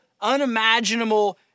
unimaginable